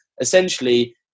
Essentially